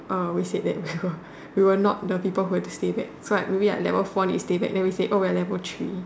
uh we said that we were we were not the people who had to stay back so like maybe level four need stay back then we say oh we are level three